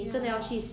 ya